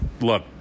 look